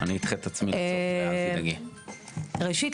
ראשית,